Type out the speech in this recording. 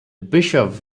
bishop